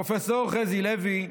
פרופ' חזי לוי,